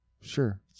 Sure